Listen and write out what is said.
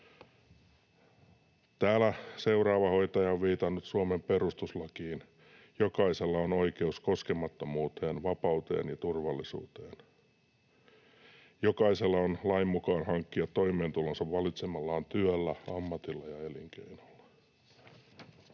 Täällä seuraava hoitaja on viitannut Suomen perustuslakiin: ”Jokaisella on oikeus koskemattomuuteen, vapauteen ja turvallisuuteen. Jokaisella on oikeus lain mukaan hankkia toimeentulonsa valitsemallaan työllä, ammatilla ja elinkeinolla.”